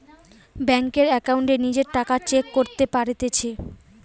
বেংকের একাউন্টে নিজের টাকা চেক করতে পারতেছি